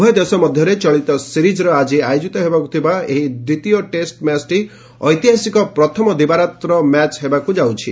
ଉଭୟ ଦେଶ ମଧ୍ୟରେ ଚଳିତ ସିରିଜ୍ର ଆଜି ଆୟୋଜିତ ହେବାକୁ ଥିବା ଏହି ଟେଷ୍ଟ ଦ୍ୱିତୀୟ ଟେଷ୍ଟ ମ୍ୟାଚ୍ଟି ଐତିହାସିକ ପ୍ରଥମ ଦିବାରାତ୍ର ମ୍ୟାଚ୍ ହେବାକୁ ଯାଉଛି